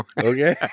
Okay